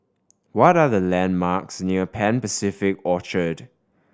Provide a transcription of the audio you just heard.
what are the landmarks near Pan Pacific Orchard